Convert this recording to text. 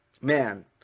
Man